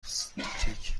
چاپستیک